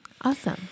Awesome